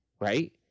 right